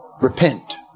repent